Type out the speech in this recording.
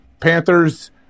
Panthers